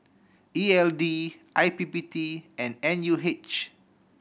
E L D I P P T and N U H